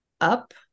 up